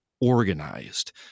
organized